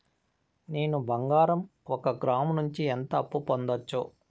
నేను బంగారం ఒక గ్రాము నుంచి ఎంత అప్పు పొందొచ్చు